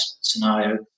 scenario